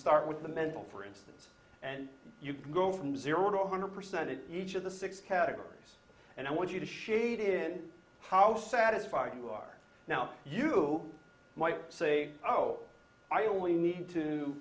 start with the mental for instance and you can go from zero to one hundred percent in each of the six categories and i want you to shade in how satisfied you are now you might say oh i only need to